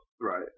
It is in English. Right